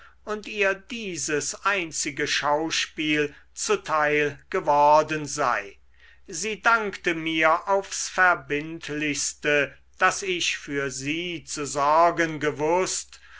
und ihr dieses einzige schauspiel zuteil geworden sei sie dankte mir aufs verbindlichste daß ich für sie zu sorgen gewußt